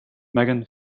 megan